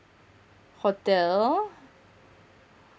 hotel